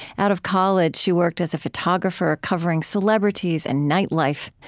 out of college, she worked as a photographer covering celebrities and nightlife.